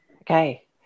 Okay